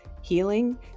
healing